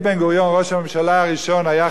היה חבר טוב בשם ישראל בר,